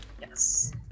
Yes